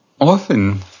Often